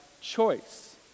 choice